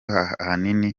ahanini